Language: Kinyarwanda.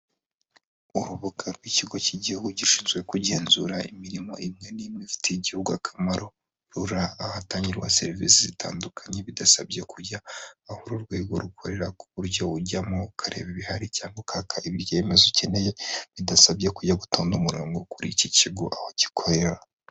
Urubuga rw'ikigo cy'igihugu gishinzwe kugenzura imirimo imwe n'imwe ifitiye igihugu akamaro, rura ahatangirwa serivisi zitandukanye bidasabye kujya aho uru urwego rukorera ku buryo ujyamo ukareba ibihari cyangwa ukabona ibyemezo ukeneye bidasabye kujya gutonda umurongo kuri iki kigo ahogikorera.